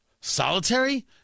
Solitary